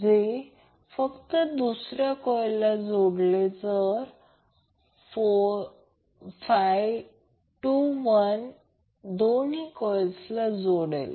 जे फक्त दुसऱ्या कॉइलला जोडेल तर 21 दोन्ही कॉइल्सला जोडेल